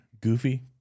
goofy